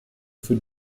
für